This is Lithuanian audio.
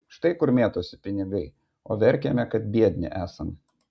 štai kur mėtosi pinigai o verkiame kad biedni esam